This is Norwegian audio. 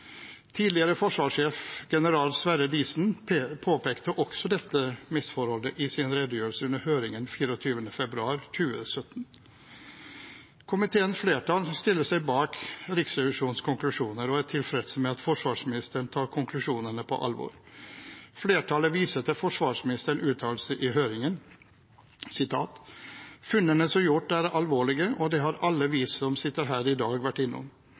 Tidligere forsvarssjef, general Sverre Diesen påpekte også dette misforholdet i sin redegjørelse under høringen 24. februar 2017. Komiteens flertall stiller seg bak Riksrevisjonens konklusjoner og er tilfreds med at forsvarsministeren tar konklusjonene på alvor. Flertallet viser til forsvarsministerens uttalelse i høringen: funnene som er gjort, er alvorlige, og det har alle vi som har sittet her i dag, vært innom.